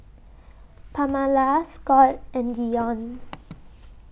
Pamala Scott and Deon